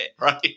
Right